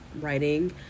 writing